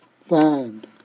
find